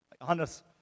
Honest